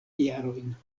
jarojn